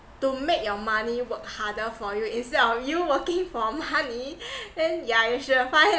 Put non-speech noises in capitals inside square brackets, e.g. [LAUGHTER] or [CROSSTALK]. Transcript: to make your money work harder for you instead of you working for money [LAUGHS] then yeah you should find